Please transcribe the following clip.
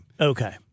Okay